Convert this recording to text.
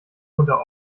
unter